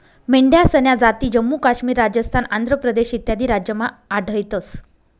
मेंढ्यासन्या जाती जम्मू काश्मीर, राजस्थान, आंध्र प्रदेश इत्यादी राज्यमा आढयतंस